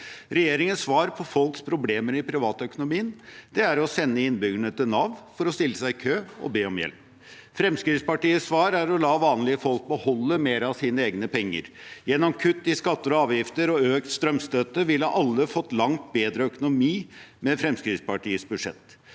Regjeringens svar på folks problemer i privatøkonomien er å sende innbyggerne til Nav for å stille seg i kø og be om hjelp. Fremskrittspartiets svar er å la vanlige folk beholde mer av sine egne penger. Gjennom kutt i skatter og avgifter og økt strømstøtte ville alle fått langt bedre økonomi med Fremskrittspartiets budsjett.